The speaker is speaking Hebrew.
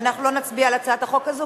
ואנחנו לא נצביע על הצעת החוק הזאת,